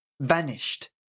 vanished